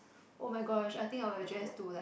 [oh]-my-gosh I think I'll address to like